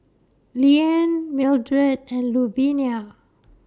Leeann Mildred and Louvenia